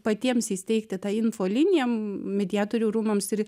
patiems įsteigti tą infoliniją mediatorių rūmams ir